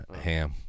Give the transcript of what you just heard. Ham